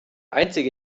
einzige